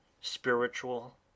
spiritual